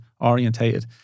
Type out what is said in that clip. orientated